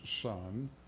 son